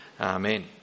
Amen